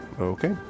okay